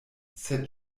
sed